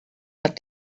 had